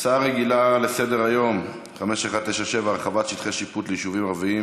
הצעה לסדר-היום מס' 5197: הרחבת שטחי שיפוט ליישובים ערביים,